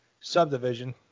subdivision